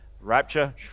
Rapture